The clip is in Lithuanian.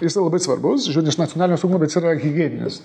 jisai labai svarbus žiūrint iš nacionalinio saugumo bet yra higieninis